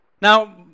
Now